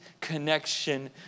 connection